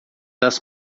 das